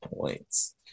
points